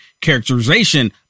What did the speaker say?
characterization